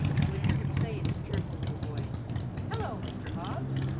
and would hear him say in his cheerful little voice hello, mr. hobbs!